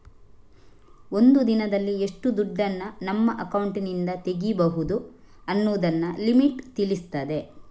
ಒಂದು ದಿನದಲ್ಲಿ ಎಷ್ಟು ದುಡ್ಡನ್ನ ನಮ್ಮ ಅಕೌಂಟಿನಿಂದ ತೆಗೀಬಹುದು ಅನ್ನುದನ್ನ ಲಿಮಿಟ್ ತಿಳಿಸ್ತದೆ